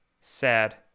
sad